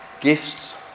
gifts